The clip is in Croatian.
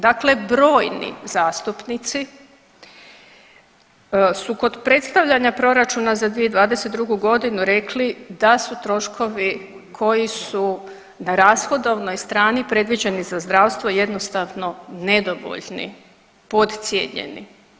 Dakle, brojni zastupnici su kod predstavljanja proračuna za 2022. godinu rekli da su troškovi koji su na rashodovnoj strani predviđeni za zdravstvo jednostavno nedovoljni, podcijenjeni.